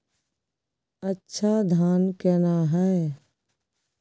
अच्छा धान केना हैय?